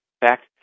fact